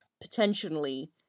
potentially